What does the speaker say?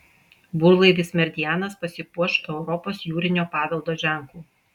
burlaivis meridianas pasipuoš europos jūrinio paveldo ženklu